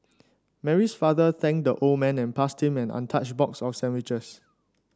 Mary's father thanked the old man and passed him an untouched box of sandwiches